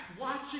watching